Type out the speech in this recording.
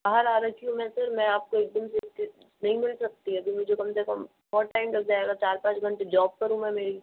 बाहर आ रखी हूँ मैं सर मैं आपको एक घंटे में नहीं मिल सकती अभी मुझे कम से कम बहुत टाइम लग जाएगा चार पाँच घंटे जॉब पर हूँ मैं मेरी